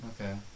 Okay